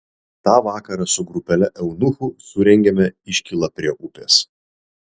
tą vakarą su grupele eunuchų surengėme iškylą prie upės